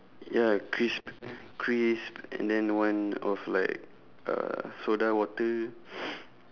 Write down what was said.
ya crisp crisp and then one of like uh soda water